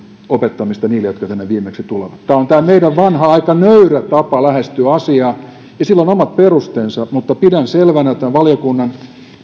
opettamisesta niille jotka tänne viimeksi tulevat tämä on tämä meidän vanhanaikainen nöyrä tapa lähestyä asiaa ja sillä on omat perusteensa mutta pidän selvänä tämän valiokunnan